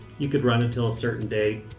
you could run until a certain day.